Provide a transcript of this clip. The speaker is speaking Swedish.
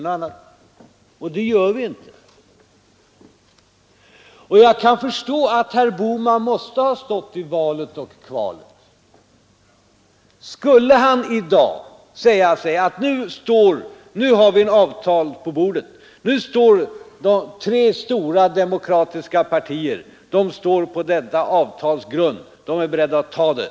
Och vi accepterar den alltså inte. Jag kan förstå att herr Bohman måste ha stått i valet och kvalet. För herr Bohman var situationen den, att ett avtal nu låg på bordet, och tre stora, demokratiska partier hade ställt sig på detta avtals grund och var beredda att acceptera det.